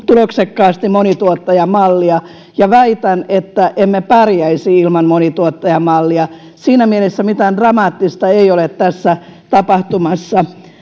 tuloksekkaasti monituottajamallia ja väitän että emme pärjäisi ilman monituottajamallia siinä mielessä mitään dramaattista ei ole tässä tapahtumassa